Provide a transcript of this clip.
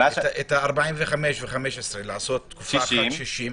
את ה-45 ו-15 לעשות 60,